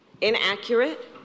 inaccurate